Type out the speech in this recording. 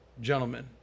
gentlemen